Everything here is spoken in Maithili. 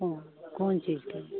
हँ कोन चीजके